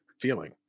feeling